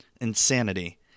Insanity